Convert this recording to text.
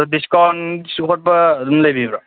ꯑꯗꯣ ꯗꯤꯁꯀꯥꯎꯟ ꯈꯣꯠꯄ ꯑꯗꯨꯝ ꯂꯩꯕꯤꯕ꯭ꯔꯥ